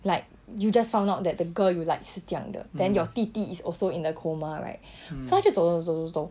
like you just found out that the girl you like 是这样的 then your 弟弟 is also in a coma right so 他就走走走走走